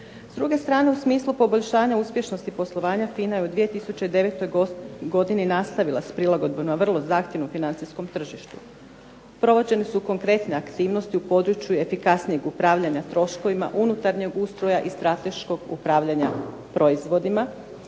S druge strane u smislu poboljšanja uspješnosti poslovanja FINA je u 2009. godini nastavila sa prilagodbama vrlo zahtjevnom financijskom tržištu. Provođene su konkretne aktivnosti u području efikasnijeg upravljanja troškovima, unutarnjeg ustroja i strateškog upravljanja proizvodima,